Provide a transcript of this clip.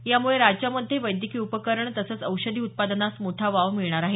यामुळे राज्यामध्ये वैद्यकीय उपकरण तसंच औषधी उत्पादनास मोठा वाव मिळणार आहे